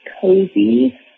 cozy